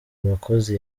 abakozi